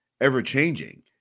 ever-changing